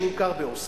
שנמכר באוסטריה.